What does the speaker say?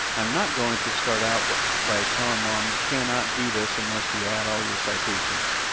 i'm not going to start out but by telling mom, you can not do this unless you add all your citations.